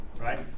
right